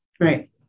Right